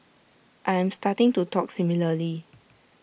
I am starting to talk similarly